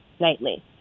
nightly